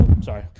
sorry